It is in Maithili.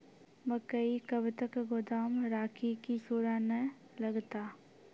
मकई कब तक गोदाम राखि की सूड़ा न लगता?